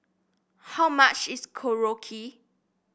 how much is Korokke